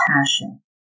passion